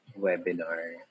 webinar